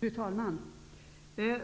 Fru talman!